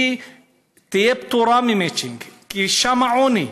תהיה פטורה ממצ'ינג, כי שם העוני.